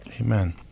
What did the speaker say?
Amen